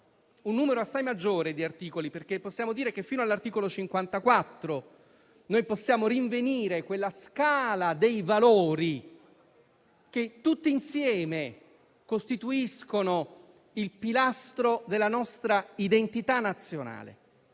un numero assai maggiore di articoli perché fino all'articolo 54 possiamo rinvenire la scala di quei valori che tutti insieme costituiscono il pilastro della nostra identità nazionale;